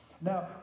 Now